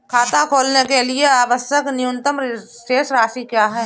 खाता खोलने के लिए आवश्यक न्यूनतम शेष राशि क्या है?